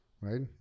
right